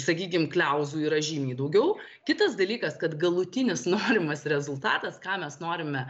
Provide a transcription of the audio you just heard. sakykim kliauzų yra žymiai daugiau kitas dalykas kad galutinis norimas rezultatas ką mes norime